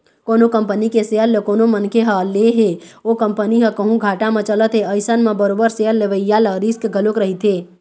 कोनो कंपनी के सेयर ल कोनो मनखे ह ले हे ओ कंपनी ह कहूँ घाटा म चलत हे अइसन म बरोबर सेयर लेवइया ल रिस्क घलोक रहिथे